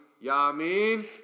Yamin